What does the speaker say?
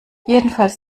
jedenfalls